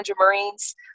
Marines